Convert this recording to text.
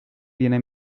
tiene